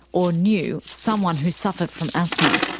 or knew someone who suffered from asthma.